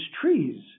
trees